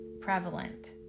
prevalent